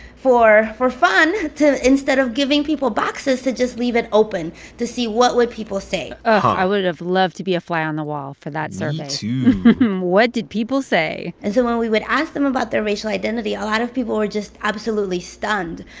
for for fun, to, instead of giving people boxes, to just leave it open to see what would people say i would have loved to be a fly on the wall for that survey me, too what did people say? and so when we would ask them about their racial identity, a lot of people were just absolutely stunned.